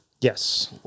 Yes